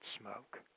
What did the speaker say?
smoke